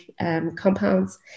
compounds